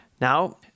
Now